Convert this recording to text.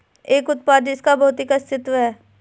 एक उत्पाद जिसका भौतिक अस्तित्व है?